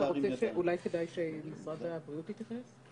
אולי כדאי שמשרד הבריאות יתייחס?